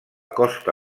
costa